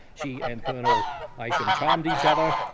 she and colonel isham charmed each other.